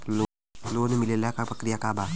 Loan मिलेला के प्रक्रिया का बा?